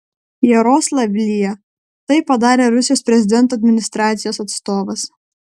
jaroslavlyje tai padarė rusijos prezidento administracijos atstovas